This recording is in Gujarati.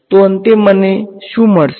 તો અંતે મને શું મળશે